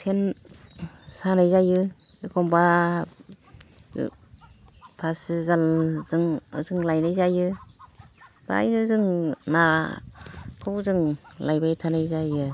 सेन सानाय जायो एखनबा फासि जालजों जों लायनाय जायो बाहायनो जों ना खौ जों लायबाय थानाय जायो आरो